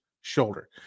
shoulder